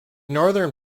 northern